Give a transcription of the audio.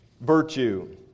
virtue